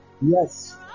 Yes